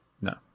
No